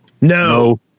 No